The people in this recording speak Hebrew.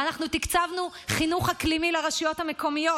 ואנחנו תקצבנו חינוך אקלימי לרשויות המקומיות.